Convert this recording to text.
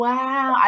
Wow